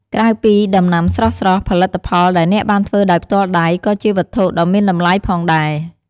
ក្រៅពីដំណាំស្រស់ៗ ផលិតផលដែលអ្នកបានធ្វើដោយផ្ទាល់ដៃ ក៏ជាវត្ថុដ៏មានតម្លៃផងដែរ។